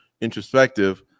introspective